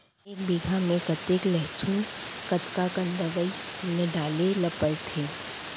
एक बीघा में कतेक लहसुन कतका कन दवई ल डाले ल पड़थे?